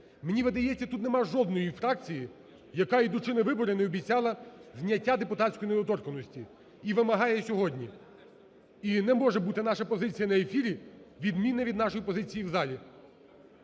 Мені видається, тут немає жодної фракції, яка, йдучи на вибори, не обіцяла б зняття депутатської недоторканності, і вимагає сьогодні. І не може бути наша позиція на ефірі відмінна від нашої позиції в залі.